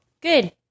Good